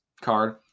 card